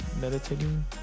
meditating